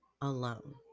alone